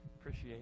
appreciate